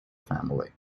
family